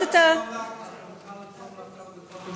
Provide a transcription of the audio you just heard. אני מוכן לתרום לך כמה דקות.